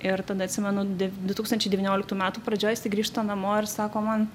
ir tada atsimenu de du tūkstančiai devynioliktų metų pradžioj jisai grįžta namo ir sako man